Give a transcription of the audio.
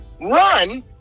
run